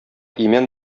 имән